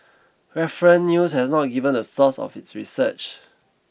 reference news has not given the source of its research